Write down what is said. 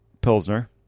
Pilsner